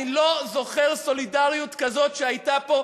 אני לא זוכר סולידריות כמו זאת שהייתה פה,